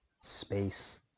space